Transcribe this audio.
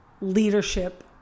Leadership